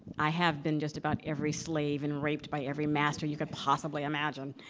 i have been just about every slave and raped by every master you could possibly imagine.